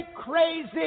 crazy